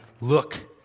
look